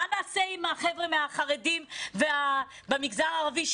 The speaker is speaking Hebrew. מה נעשה עם החרדים והמגזר הערבי,